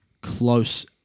close